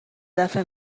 دفه